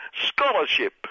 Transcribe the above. scholarship